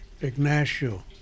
Ignacio